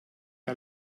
que